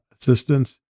assistance